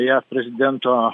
jav prezidento